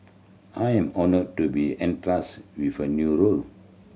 I am honoured to be entrust with a new role